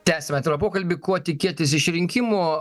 tęsiame tai yra pokalbį ko tikėtis išrinkimų